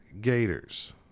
gators